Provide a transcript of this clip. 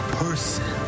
person